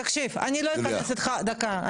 תקשיב, אני לא אכנס איתך, דקה.